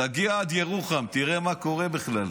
תגיע עד ירוחם, תראה מה קורה בכלל.